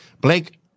Blake